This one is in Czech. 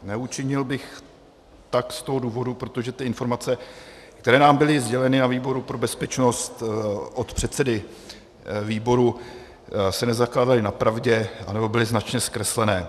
Neučinil bych tak z toho důvodu, protože ty informace, které nám byly sděleny na výboru pro bezpečnost od předsedy výboru, se nezakládají na pravdě, anebo byly značně zkreslené.